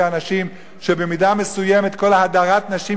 אנשים שבמידה מסוימת כל הדרת הנשים,